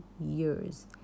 years